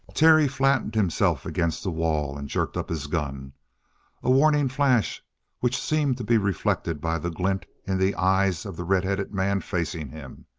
terry flattened himself against the wall and jerked up his gun a warning flash which seemed to be reflected by the glint in the eyes of the red headed man facing him.